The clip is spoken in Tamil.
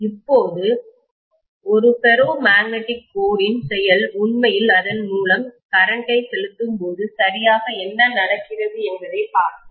இப்போது ஒரு ஃபெரோ மேக்னெட்டிக் கோர் இன் செயல் உண்மையில் அதன் மூலம் கரண்ட்டை செலுத்தும்போது சரியாக என்ன நடக்கிறது என்பதைப் பார்ப்போம்